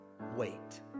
wait